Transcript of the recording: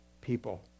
people